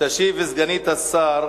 תשיב סגנית השר